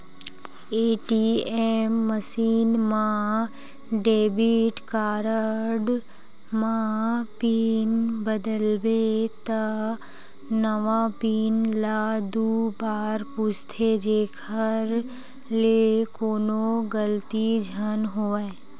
ATM machine म debit card म pin बदलबे त नवा पिन ल दू बार पूछथे जेखर ले कोनो गलती झन होवय